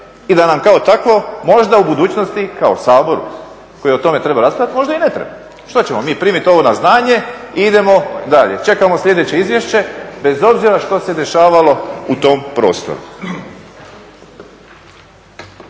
i da nam kao takvo možda u budućnosti kao Sabor koji je o tome trebao raspravljati možda i ne treba. Što ćemo mi ovo primit na znanje i idemo dalje, čekamo sljedeće izvješće bez obzira što se dešavalo u tom prostoru.